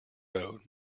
road